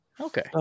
Okay